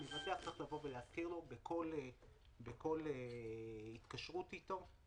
המבטח צריך לבוא ולהזכיר לו בכל התקשרות אתו.